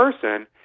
person